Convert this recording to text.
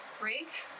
break